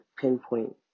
pinpoint